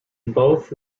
both